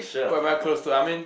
who am I close to I mean